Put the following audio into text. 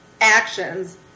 actions